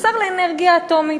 השר לאנרגיה אטומית,